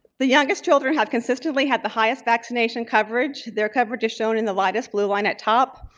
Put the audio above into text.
the youngest children have consistently had the highest vaccination coverage. their coverage is shown in the lightest blue line at top,